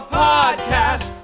podcast